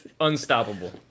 unstoppable